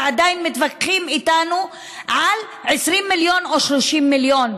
ועדיין מתווכחים איתנו על 20 מיליון או 30 מיליון.